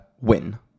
win